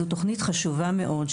זו תוכנית חשובה מאוד,